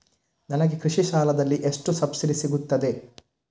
ನನಗೆ ಕೃಷಿ ಸಾಲದಲ್ಲಿ ಎಷ್ಟು ಸಬ್ಸಿಡಿ ಸೀಗುತ್ತದೆ?